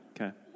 Okay